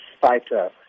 fighter